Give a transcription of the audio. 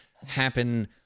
happen